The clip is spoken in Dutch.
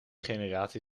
generatie